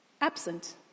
absent